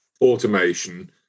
automation